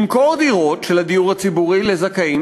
למכור דירות של הדיור הציבורי לזכאים,